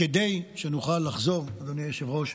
כדי שנוכל לחזור, אדוני היושב-ראש,